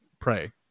pray